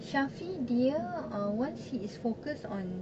shafie dia once he is focused on